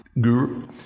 guru